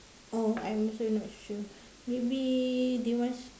oh I'm also not sure maybe they want